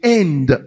end